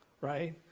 right